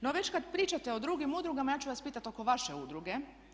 No, već kad pričate o drugim udrugama ja ću vas pitati oko vaše udruge.